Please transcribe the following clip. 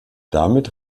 damit